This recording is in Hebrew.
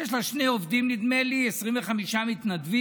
יש לה שני עובדים, נדמה לי, 25 מתנדבים